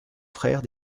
frère